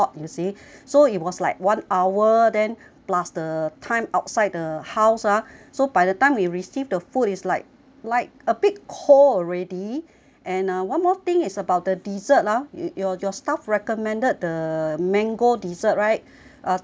so it was like one hour then plus the time outside the house ah so by the time we received the food is like like a bit cold already and uh one more thing is about the desert ah your your your staff recommended the mango dessert right I thought it was